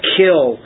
kill